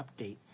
update